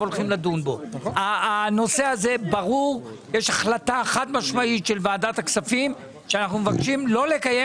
יש החלטה חד משמעית של ועדת הכספים לא לקיים